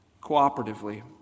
cooperatively